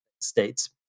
states